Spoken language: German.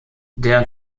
der